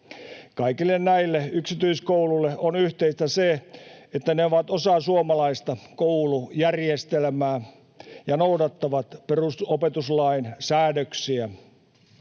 Kaikille näille yksityiskouluille on yhteistä se, että ne ovat osa suomalaista koulujärjestelmää ja noudattavat perusopetuslain säädöksiä.